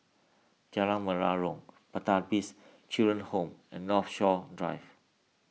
Jalan Menarong Pertapis Children Home and Northshore Drive